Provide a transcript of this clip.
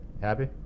Happy